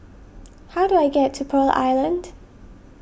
how do I get to Pearl Island